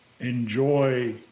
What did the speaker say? enjoy